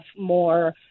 more